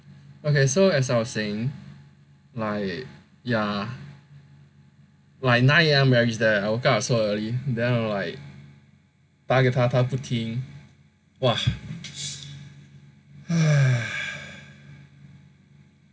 okay so as I was saying my ya like nine A_M I reach there I woke up so early then I would like 打给他他不听 !wah!